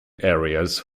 areas